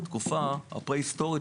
לתקופה הפרה-היסטורית,